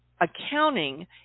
accounting